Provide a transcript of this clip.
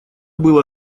было